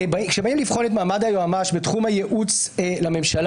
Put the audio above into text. כשבאים לבחון את מעמד היועץ המשפטי בתחום הייעוץ לממשלה